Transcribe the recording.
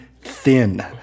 thin